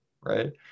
right